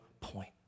point